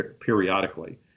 periodically